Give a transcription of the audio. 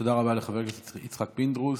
תודה רבה לחבר הכנסת יצחק פינדרוס.